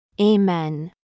Amen